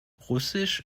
russisch